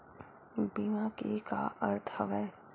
बीमा के का अर्थ हवय?